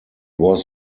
was